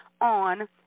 on